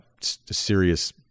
serious